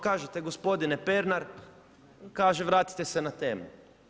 Kažete gospodine Pernar, kaže, vratite se na temu.